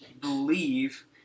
believe